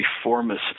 reformist